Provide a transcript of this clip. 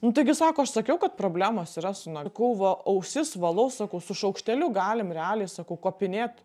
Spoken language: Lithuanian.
nu taigi sako aš sakiau kad problemos yra su na kau va ausis valau sakau su šaukšteliu galim realiai sakau kopinėt